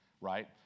right